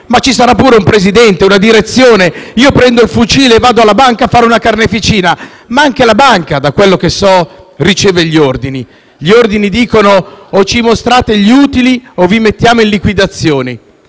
Ma ci sarà pure un presidente, una direzione; io prendo il fucile e vado alla banca a fare una carneficina. Ma anche la banca, da quello che so, riceve gli ordini… Gli ordini dicono: o ci mostrate gli utili, o vi mettiamo in liquidazione.